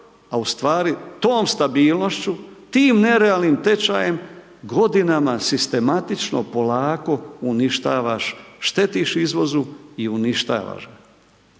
a u stvari tom stabilnošću, tim nerealnim tečajem godinama sistematično polako uništavaš, štetiš izvozu i uništavaš